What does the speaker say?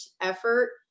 effort